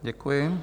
Děkuji.